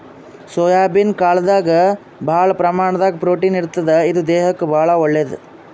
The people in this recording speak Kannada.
ಸೋಯಾಬೀನ್ ಕಾಳ್ದಾಗ್ ಭಾಳ್ ಪ್ರಮಾಣದಾಗ್ ಪ್ರೊಟೀನ್ ಇರ್ತದ್ ಇದು ದೇಹಕ್ಕಾ ಭಾಳ್ ಒಳ್ಳೇದ್